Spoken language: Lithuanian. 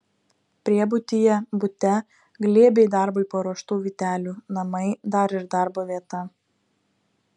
priebutyje bute glėbiai darbui paruoštų vytelių namai dar ir darbo vieta